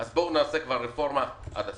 בואו נעשה רפורמה עד הסוף.